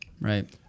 Right